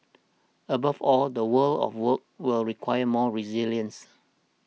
above all the world of work will require more resilience